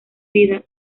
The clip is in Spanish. vida